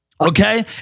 Okay